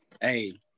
hey